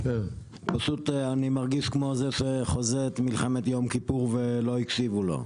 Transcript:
פשוט אני מרגיש כמו זה שחוזה את מלחמת יום כיפור ולא הקשיבו לו.